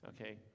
Okay